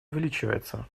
увеличивается